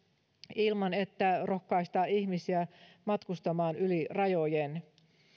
ilman että rohkaistaan ihmisiä matkustamaan yli rajojen